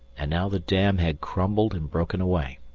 and now the dam had crumbled and broken away.